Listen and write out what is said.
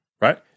right